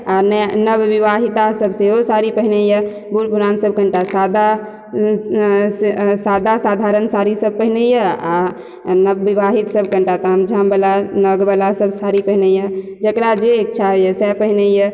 आ नया नव विवाहिता सब सेहो साड़ी पहिरैया बूढ़ पुरान सब कनिटा सादा सादा साधारण साड़ी सब पहिरैया आ नव विवाहित सब कनिटा ताम झाम वला नग वला सब साड़ी पहिरैया जकरा जे इच्छा होइया सए पहिरैया